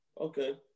Okay